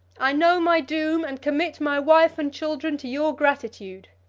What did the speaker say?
i know my doom, and commit my wife and children to your gratitude.